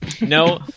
No